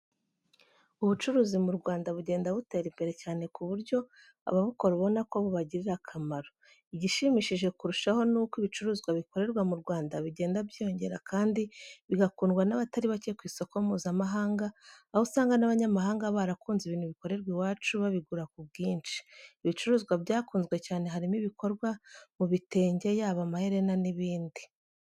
Ubucuruzi mu Rwanda bugenda butera imbere cyane ku buryo ababukora ubonako bubagirira akamaro. Igishimishije kurushaho nuko ibicuruzwa bikorerwa mu Rwanda bigenda byiyongera kandi bigakundwa n'abatari bake ku isoko mpuzamahanga aho usanga n'abanyamahanga barakunze ibintu bikorerwa iwacu babigura ku bwinshi. Ibicuruzwa byakunzwe cyane harimo ibikorwa mu bitenge yaba amaherena n'ibindi.